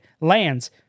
lands